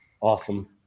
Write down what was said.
Awesome